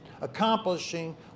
accomplishing